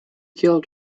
killed